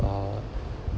uh